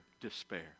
despair